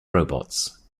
robots